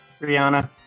Rihanna